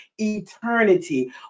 eternity